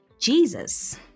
Jesus